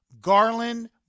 Garland